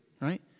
right